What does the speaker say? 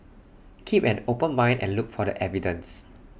keep an open mind and look for the evidence